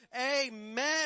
amen